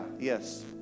yes